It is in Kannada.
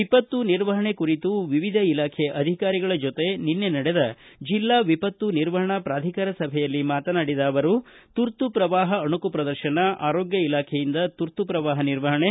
ವಿಪತ್ತು ನಿರ್ವಹಣೆ ಕುರಿತು ವಿವಿಧ ಇಲಾಖೆ ಅಧಿಕಾರಿಗಳ ಜೊತೆ ನಿನ್ನೆ ನಡೆದ ಜಿಲ್ಲಾ ವಿಪತ್ತು ನಿರ್ವಹಣಾ ಪ್ರಾಧಿಕಾರ ಸಭೆಯಲ್ಲಿ ಮಾತನಾಡಿದ ಅವರು ತುರ್ತು ಪ್ರವಾಹ ಅಣುಕು ಪ್ರದರ್ಶನ ಆರೋಗ್ಯ ಇಲಾಖೆಯಿಂದ ತುರ್ತು ಪ್ರವಾಹ ನಿರ್ವಹಣೆ